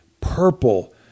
purple